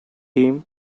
him